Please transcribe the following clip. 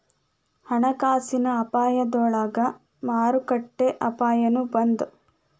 ಹಣಕಾಸಿನ ಅಪಾಯದೊಳಗ ಮಾರುಕಟ್ಟೆ ಅಪಾಯನೂ ಒಂದ್